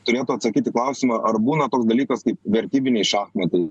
turėtų atsakyt į klausimą ar būna toks dalykas kaip vertybiniai šachmatai